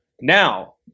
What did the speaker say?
Now